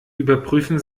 überprüfen